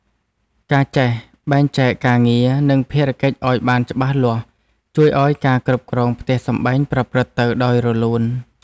ការចេះបែងចែកការងារ និងភារកិច្ចឱ្យបានច្បាស់លាស់ជួយឱ្យការគ្រប់គ្រងផ្ទះសម្បែងប្រព្រឹត្តទៅដោយរលូន។